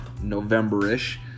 November-ish